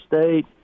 State